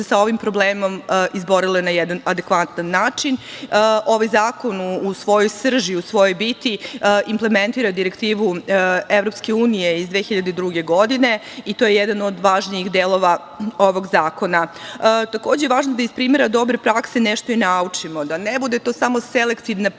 sa ovim problemom izborile na jedan adekvatan način. Ovaj zakon u svojoj srži, u svojoj biti implementira direktivu EU iz 2002. godine i to je jedan od važnijih delova ovog zakona. Takođe, važno je da iz primera dobre prakse nešto i naučimo, da ne bude to samo selektivna primena